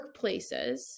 workplaces